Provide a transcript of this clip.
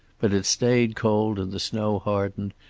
but it stayed cold and the snow hardened,